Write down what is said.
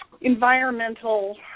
environmental